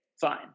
Fine